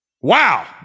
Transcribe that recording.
Wow